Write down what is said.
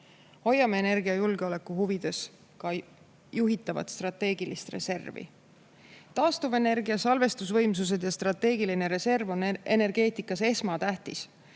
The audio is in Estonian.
Hoiame energiajulgeoleku huvides ka juhitavat strateegilist reservi. Taastuvenergia, salvestusvõimsus ja strateegiline reserv on energeetikas esmatähtsad,